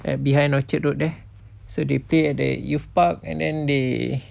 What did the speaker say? at behind orchard road there so they play at the youth park and then they